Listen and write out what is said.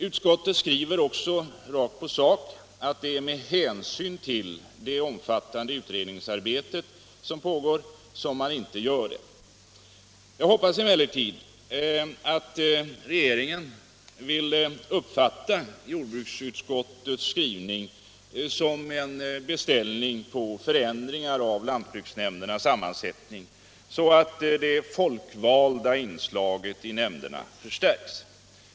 Utskottet skriver också rakt på sak att det är med hänsyn till det omfattande utredningsarbetet som man inte gör det. Jag hoppas emellertid att regeringen vill uppfatta jordbruksutskottets skrivning som en beställning på förändringar av lantbruksnämndernas sammansättning, så att det folkvalda inslaget i nämnderna förstärks.